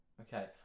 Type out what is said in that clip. Okay